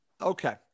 Okay